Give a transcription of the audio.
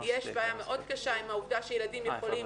יש בעיה מאוד קשה עם העובדה שילדים יכולים